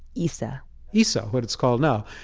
isa isa, what it's called now,